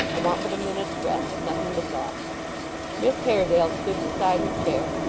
i want but a minute's rest. nothing but that miss haredale stood beside her chair,